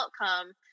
outcome